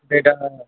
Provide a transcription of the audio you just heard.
ସେଇଟା